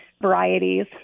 varieties